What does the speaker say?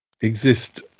exist